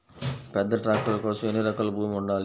పెద్ద ట్రాక్టర్ కోసం ఎన్ని ఎకరాల భూమి ఉండాలి?